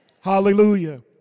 Hallelujah